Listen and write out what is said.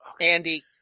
Andy